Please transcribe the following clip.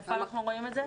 איפה אנחנו רואים את זה?